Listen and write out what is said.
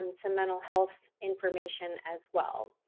um some mental health information as well.